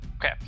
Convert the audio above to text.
Okay